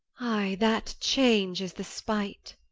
ay, that change is the spite.